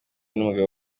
n’umugabo